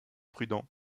prudent